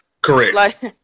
Correct